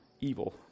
evil